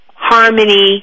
Harmony